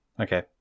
Okay